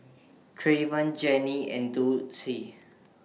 Treyvon Janie and Dulcie